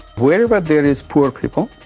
wherever there is poor people,